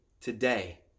today